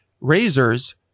razors